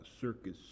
circus